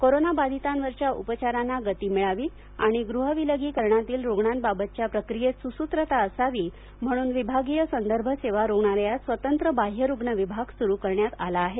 कोरोनाबाधितांवरच्या उपचारांना गती मिळावी आणि गृह विलगीकरणातील रुग्णांबाबतच्या प्रक्रियेत सुसूत्रता असावी म्हणून विभागीय संदर्भ सेवा रुग्णालयात स्वतंत्र बाह्यरुग्ण विभाग सुरू करण्यात आला आहे